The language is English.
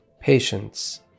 Patience